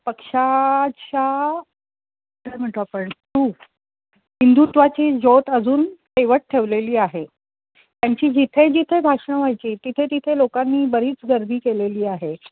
पक्षाच्या काय म्हणतो आपण थ्रू हिंदुत्वाची ज्योत अजून तेवत ठेवलेली आहे त्यांची जिथे जिथे भाषणं व्हायची तिथे तिथे लोकांनी बरीच गर्दी केलेली आहे